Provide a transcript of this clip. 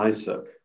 Isaac